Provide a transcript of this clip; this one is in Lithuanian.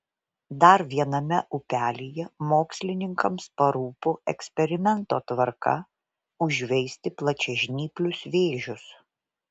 dar viename upelyje mokslininkams parūpo eksperimento tvarka užveisti plačiažnyplius vėžius